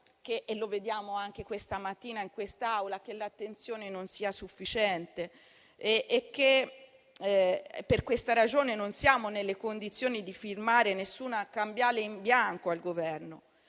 e lo vediamo anche questa mattina in quest'Aula - che l'attenzione non sia sufficiente e che, per questa ragione, non siamo nelle condizioni di firmare nessuna cambiale in bianco al Governo.